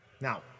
Now